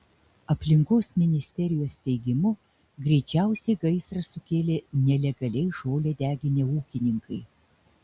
aplinkos ministerijos teigimu greičiausiai gaisrą sukėlė nelegaliai žolę deginę ūkininkai